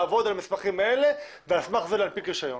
לעבוד על המסמכים האלה ועל סמך זה להנפיק רישיון.